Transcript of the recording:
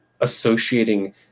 associating